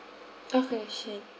okay sure